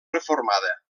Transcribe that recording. reformada